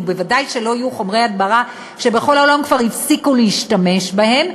וודאי שלא יהיו חומרי הדברה שבכל העולם כבר הפסיקו להשתמש בהם,